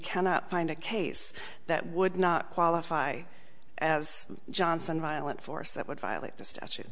cannot find a case that would not qualify as johnson violent force that would violate the statute